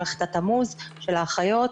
מערכת "תמוז" של האחיות,